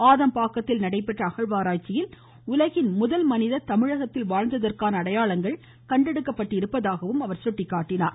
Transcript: ஆதம்பாக்கத்தில் நடைபெற்ற அகழ்வாராய்ச்சியில் உலகின் முதல் மனிதர் தமிழகத்தில் வாழ்ந்ததற்கான அடையாளங்கள் கண்டெடுக்கப்பட்டுள்ளதாக தெரிவித்தார்